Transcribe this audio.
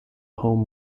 home